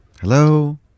hello